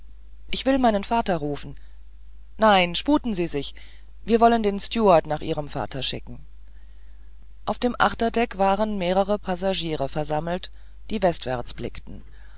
ich will meinen vater rufen nein sputen sie sich wir wollen den stewart nach ihrem vater schicken auf dem achterdeck waren mehrere passagiere versammelt die westwärts blickten